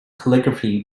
calligraphy